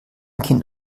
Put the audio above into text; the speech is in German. kind